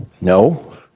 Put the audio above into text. No